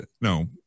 no